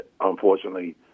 unfortunately